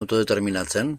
autodeterminatzen